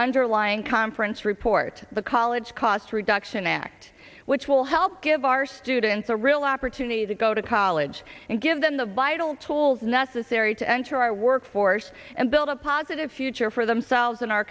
underlying conference report the college cost reduction act which will help give our students a real opportunity to go to college and give them the vital tools necessary to enter our workforce and build a positive future for themselves and our